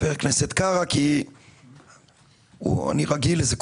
חבר הכנסת קארה כי אני רגיל לזה,